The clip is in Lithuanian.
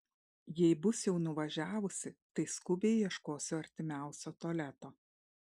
jei bus jau nuvažiavusi tai skubiai ieškosiu artimiausio tualeto